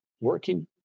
working